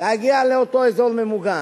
להגיע לאותו אזור ממוגן.